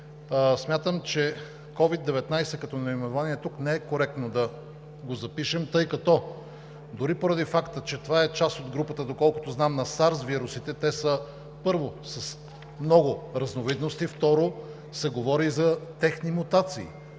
смятам, че COVID-19 като наименование тук не е коректно да го запишем, тъй като, дори поради факта че това е част от групата, доколкото знам, на SARS вирусите, те са, първо, с много разновидности, второ, се говори за техни мутации.